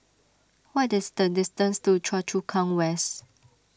what is the distance to Choa Chu Kang West